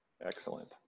Excellent